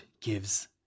gives